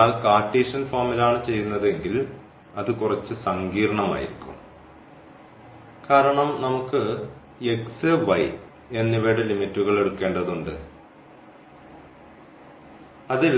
എന്നാൽ കാർട്ടീഷ്യൻ ഫോമിലാണ് ചെയ്യുന്നതെങ്കിൽ അത് കുറച്ച് സങ്കീർണ്ണമായിരിക്കും കാരണം നമുക്ക് x y എന്നിവയുടെ ലിമിറ്റ്കൾ എടുക്കേണ്ടതുണ്ട് അതിൽ